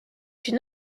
une